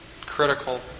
critical